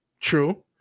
True